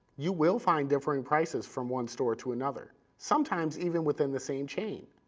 you will find different prices from one store to another, sometimes even within the same chain.